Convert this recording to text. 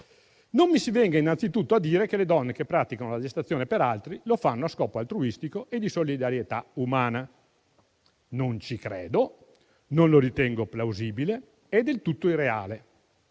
Non mi si venga innanzitutto a dire che le donne che praticano la gestazione per altri lo fanno a scopo altruistico e di solidarietà umana: non ci credo, non lo ritengo plausibile, è del tutto irreale.